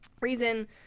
Reason